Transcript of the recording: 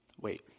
wait